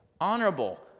honorable